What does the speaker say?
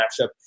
matchup